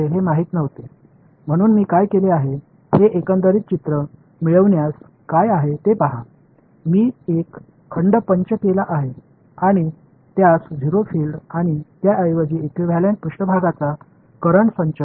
எனவே பார்வையாளர் 2 க்கு என்ன நடந்தது என்று தெரியவில்லை ஆனால் நான் என்ன செய்தேன் என்று ஒட்டுமொத்த படத்தைப் பெற்றால் என்னவென்று பாருங்கள் நான் ஒரு தொகுதியைத் வெளியே குத்தி அதை 0 புலங்கள் மற்றும் அதற்கு சமமான மேற்பரப்பு மின்னோட்டங்களின் தொகுப்பால் மாற்றியுள்ளேன்